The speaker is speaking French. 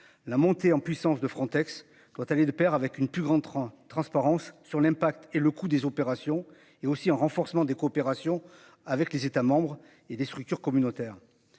la montée en puissance de Frontex doit aller de Pair avec une plus grande train transparence sur l'impact et le coût des opérations et aussi un renforcement des coopérations avec les États membres et des structures communautaires,